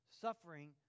Suffering